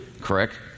Correct